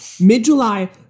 mid-July